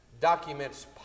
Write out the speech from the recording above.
documents